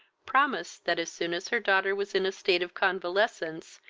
promised, that, as soon as her daughter was in a state of convalescence,